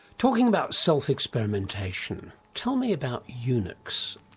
talking about self-experimentation, tell me about eunuchs.